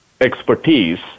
expertise